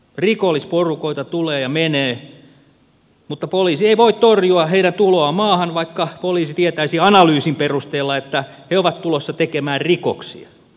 rikollisporukoita tulee ja menee mutta poliisi ei voi torjua heidän tuloaan maahan vaikka poliisi tietäisi analyysin perusteella että he ovat tulossa tekemään rikoksia